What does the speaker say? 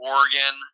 Oregon